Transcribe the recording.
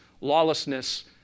lawlessness